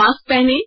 mask पहनें